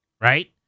right